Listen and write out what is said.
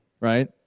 right